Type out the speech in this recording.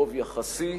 ברוב יחסי,